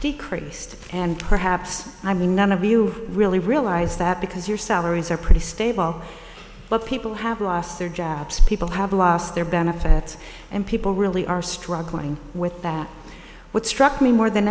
decreased and perhaps i mean none of you really realize that because your salaries are pretty stable but people have lost their jobs people have lost their benefits and people really are struggling with that what struck me more than